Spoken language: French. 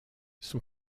son